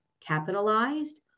capitalized